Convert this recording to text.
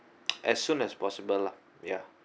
as soon as possible lah ya